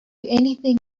anything